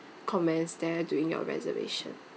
comments there during your reservation